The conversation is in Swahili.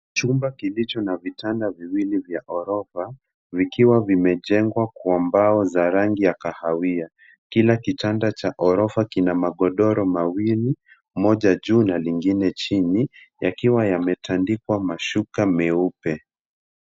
Chumba kilicho na vitanda viwili vya ghorofa vikiwa vimejengwa kwa mbao za rangi ya kahawia. Kila kitanda cha ghorofa kina magodoro mawili moja juu na lingine chini yakiwa yametandikwa masuka meupe.